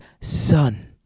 Son